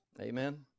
amen